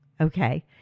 okay